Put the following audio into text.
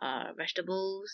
uh vegetables